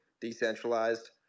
decentralized